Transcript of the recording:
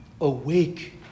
awake